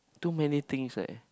too many things eh